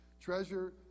treasure